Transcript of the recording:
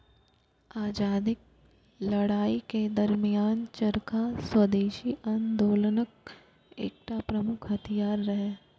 आजादीक लड़ाइ के दरमियान चरखा स्वदेशी आंदोलनक एकटा प्रमुख हथियार रहै